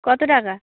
কত টাকা